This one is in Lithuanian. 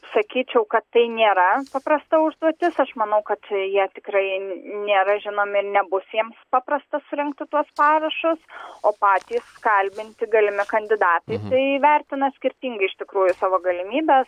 sakyčiau kad tai nėra paprasta užduotis aš manau kad jie tikrai nėra žinomi ir nebus jiems paprasta surinkti tuos parašus o patys kalbinti galimi kandidatai tai įvertina skirtingi iš tikrųjų savo galimybes